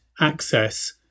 access